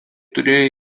turėjo